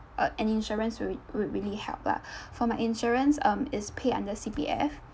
uh an insurance would r~ would really help lah for my insurance um is pay under C_P_F